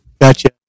Gotcha